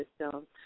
system